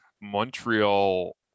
Montreal